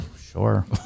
Sure